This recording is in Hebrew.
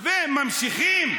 ממשיכים?